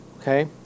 Okay